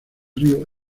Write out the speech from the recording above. río